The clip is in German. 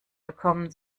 bekommen